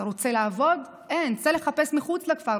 אתה רוצה לעבוד, אין, צא לחפש מחוץ לכפר.